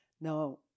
Now